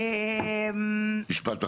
משפט אחרון.